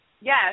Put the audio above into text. Yes